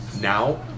now